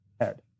head